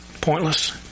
pointless